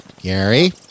Gary